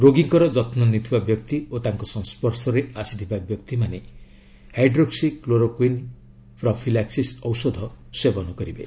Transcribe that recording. ରୋଗୀଙ୍କର ଯତ୍ନ ନେଉଥିବା ବ୍ୟକ୍ତି ଓ ତାଙ୍କ ସଂସର୍ଶରେ ଆସିଥିବା ବ୍ୟକ୍ତିମାନେ ହାଇଡ୍ରୋକୁ କ୍ଲୋରୋକୁଇନ୍ ପ୍ରଫିଲାକ୍ସିସ୍ ଔଷଧ ସେବନ କରିବେ